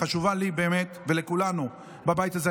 והיא באמת חשובה לי ולכולנו בבית הזה,